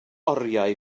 oriau